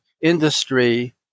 industry